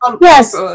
Yes